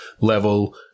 level